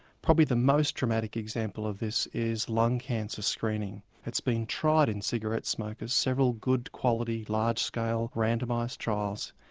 probably the most dramatic example of this is lung cancer screening. it's been tried in cigarette smokers. several good quality, large scale, randomised trials.